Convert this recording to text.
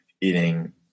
eating